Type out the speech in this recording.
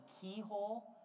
keyhole